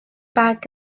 bag